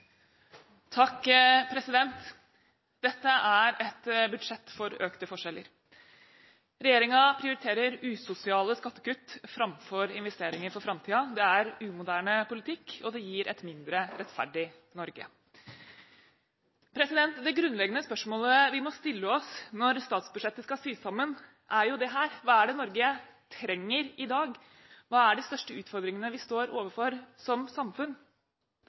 et budsjett for økte forskjeller. Regjeringen prioriterer usosiale skattekutt framfor investeringer for framtiden. Det er umoderne politikk, og det gir et mindre rettferdig Norge. Det grunnleggende spørsmålet vi må stille oss når statsbudsjettet skal sys sammen, er jo dette: Hva er det Norge trenger i dag? Hva er de største utfordringene vi står overfor som samfunn?